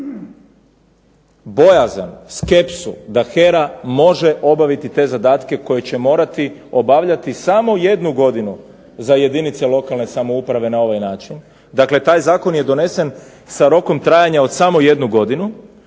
bojazan, skepsu da HERA može obaviti te zadatke koje će morati obavljati samo jednu godinu za jedinice lokalne samouprave na ovaj način, dakle taj zakon je donesen sa rokom trajanja od samo jednu godinu,